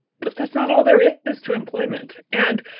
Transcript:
but that's not all there is is to employment, and,